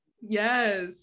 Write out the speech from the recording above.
Yes